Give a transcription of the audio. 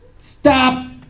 stop